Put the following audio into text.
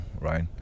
right